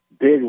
Big